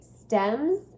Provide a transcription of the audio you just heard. stems